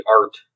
art